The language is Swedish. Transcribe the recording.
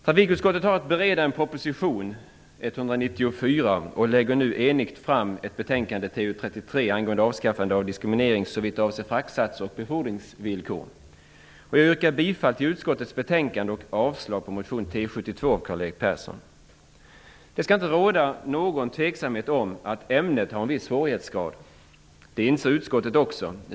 Trafikutskottet har haft att bereda proposition 194 och lägger nu enigt fram betänkande TU 33, angående avskaffande av diskriminering såvitt avser fraktsatser och befordringsvillkor. Jag yrkar bifall till utskottets hemställan och avslag på motion Det skall inte råda någon tveksamhet om att ämnet har en viss svårighetsgrad. Det inser utskottet också.